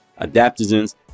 adaptogens